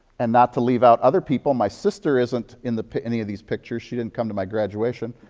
and not to leave out other people. my sister isn't in any of these pictures. she didn't come to my graduation.